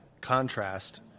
contrast